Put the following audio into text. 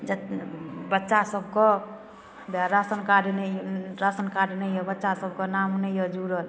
जऽ बच्चासभके हौवे राशन कार्ड नहि राशन कार्ड नहि अइ बच्चासभके नाम नहि अइ जुड़ल